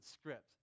script